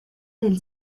del